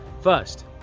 First